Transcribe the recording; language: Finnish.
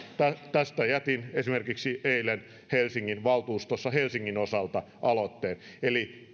tästä jätin esimerkiksi eilen helsingin valtuustossa helsingin osalta aloitteen eli